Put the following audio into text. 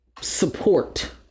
support